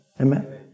Amen